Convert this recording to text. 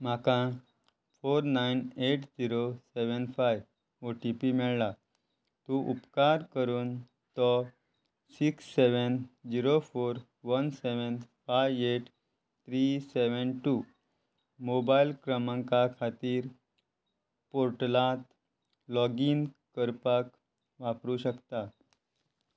म्हाका four nine eight zero seven five O T P मेळ्ळा तूं उपकार करून तो six seven zero four one seven five eight three seven two mobile क्रमांका खातीर पोर्टलांत लॉगीन करपाक वापरूं शकता